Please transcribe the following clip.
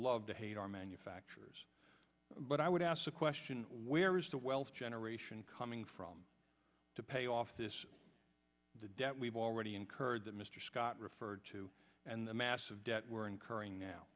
love to hate our manufacturers but i would ask the question where is the wealth generation coming from to pay off this debt we've already incurred that mr scott referred to and the massive debt we're incurring now